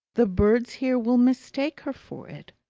the birds here will mistake her for it.